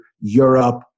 Europe